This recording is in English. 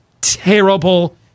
terrible